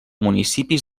municipis